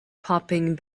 popping